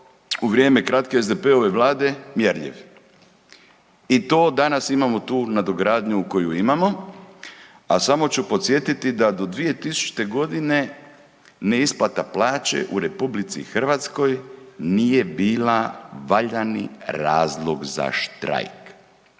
u vrijeme kratke SDP-ove vlade mjerljiv i to danas imamo tu nadogradnju koju imamo. A samo ću podsjetiti da do 2000.g. neisplata plaće u RH nije bila valjani razlog za štrajk.